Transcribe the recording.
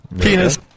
Penis